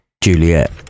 Juliet